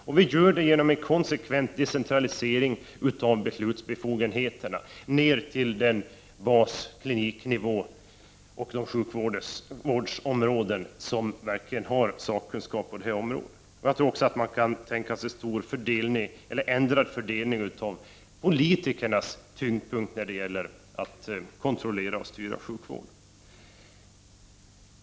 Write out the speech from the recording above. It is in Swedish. Detta gör vi genom en konsekvent decentralisering av beslutsbefogenheterna ned till den kliniknivå och de sjukvårdsområden som verkligen har sakkunskap på detta område. Jag tror också att man tänka sig en ändring av tyngdpunkten när det gäller politikernas kontroll och styrning av sjukvården.